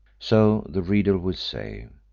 so the reader will say.